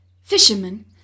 Fisherman